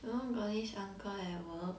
you know got this uncle at work